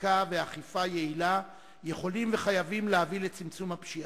חקיקה ואכיפה יעילה יכול וחייב להביא לצמצום הפשיעה.